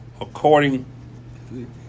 according